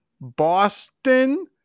Boston